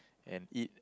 and eat